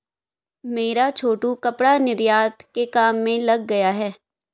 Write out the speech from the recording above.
मेरा छोटू कपड़ा निर्यात के काम में लग गया है